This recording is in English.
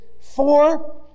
four